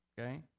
okay